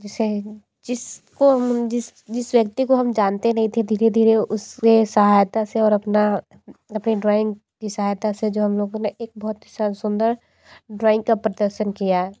जिसे जिसको जिस व्यक्ति को हम जानते नहीं थे धीरे धीरे उसके सहायता से और अपना अपनी ड्रॉइंग की सहायता से जो हम लोगों ने एक बहुत सं सुंदर ड्रॉइंग का प्रदर्शन किया है